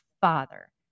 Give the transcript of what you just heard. father